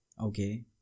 Okay